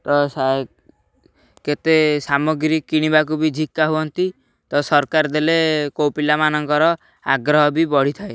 ତ କେତେ ସାମଗ୍ରୀ କିଣିବାକୁ ବି ଝିକା ହୁଅନ୍ତି ତ ସରକାର ଦେଲେ କେଉଁ ପିଲାମାନଙ୍କର ଆଗ୍ରହ ବି ବଢ଼ିଥାଏ